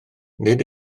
nid